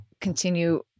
continue